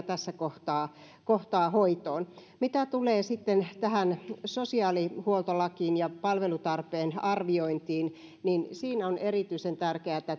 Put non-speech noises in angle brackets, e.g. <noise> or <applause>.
<unintelligible> tässä kohtaa kohtaa hoitoon mitä tulee tähän sosiaalihuoltolakiin ja palvelutarpeen arviointiin niin siinä ovat erityisen tärkeitä